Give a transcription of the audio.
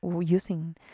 using